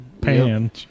pan